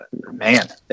man